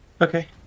okay